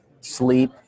sleep